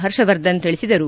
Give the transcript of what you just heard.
ಹರ್ಷ ವರ್ಧನ್ ತಿಳಿಸಿದರು